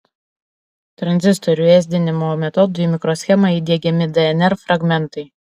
tranzistorių ėsdinimo metodu į mikroschemą įdiegiami dnr fragmentai